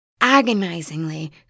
agonizingly